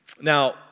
Now